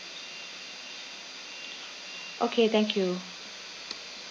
okay thank you